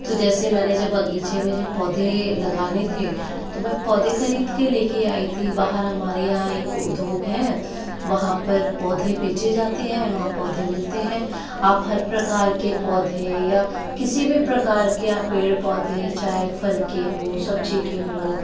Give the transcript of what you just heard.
तो जैसे मैं ने जब बगीचे में जब पौधे लगाने थे तो मैं पौधे खरीद के लेकर आई थी बाहर हमारे यहाँ एक उद्योग है वहाँ पर पौधे बेचे जाते हैं वहाँ पौधे मिलते है आप हर प्रकार के पौधे या किसी भी प्रकार के पेड़ पौधे चाहे फ़ल के हो सब्ज़ी के हो